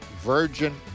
virgin